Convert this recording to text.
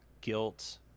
guilt